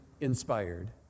inspired